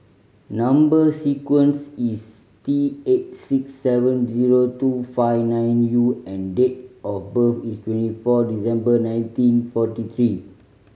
number sequence is T eight six seven zero two five nine U and date of birth is twenty four December nineteen forty three